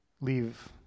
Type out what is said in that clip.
leave